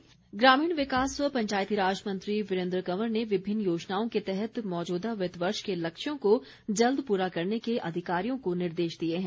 वीरेन्द्र कंवर ग्रामीण विकास व पंचायतीराज मंत्री वीरेन्द्र कंवर ने विभिन्न योजनाओं के तहत मौजूदा वित्त वर्ष के लक्ष्यों को जल्द पूरा करने के अधिकारियों को निर्देश दिए हैं